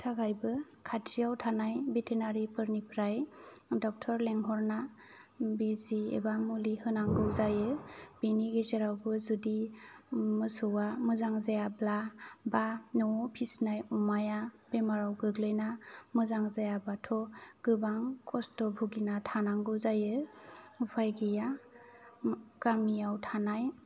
थाखायबो खाथियाव थानाय भेतेनारिफोरनिफ्राय डक्टर लिंहरना बिजि एबा मुलि होनांगौ जायो बिनि गेजेबावबो जुदि मोसौआ मोजां जायाब्ला बा न'आव फिसिनाय अमाया बेमाराव गोग्लैना मोजां जायाबाथ' गोबां खस्थ' भुगिना थानांगौ जायो उफाय गैया गामियाव थानाय